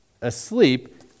asleep